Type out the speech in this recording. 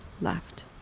left